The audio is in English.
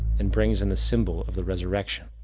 and brings in the symbol of the resurrection.